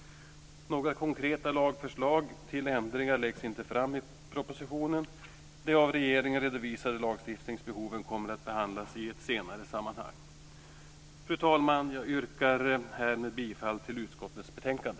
Några konkreta förslag till lagändringar läggs inte fram i propositionen. Det av regeringen redovisade lagstiftningsbehoven kommer att behandlas i ett senare sammanhang. Fru talman! Jag yrkar härmed bifall till hemställan i utskottets betänkande.